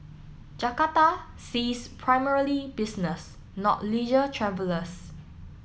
Jakarta sees primarily business not leisure travellers